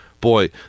Boy